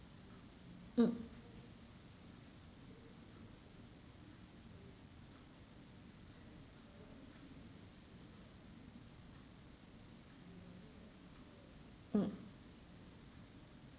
mm mm